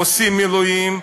עושים מילואים,